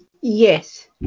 yes